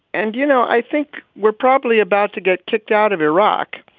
and, you know, i think we're probably about to get kicked out of iraq.